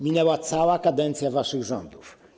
Minęła cała kadencja waszych rządów.